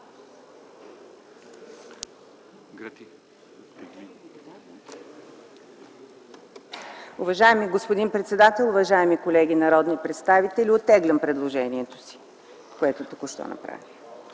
Уважаеми господин председател, уважаеми колеги народни представители, оттеглям предложението, което направих